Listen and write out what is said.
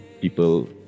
People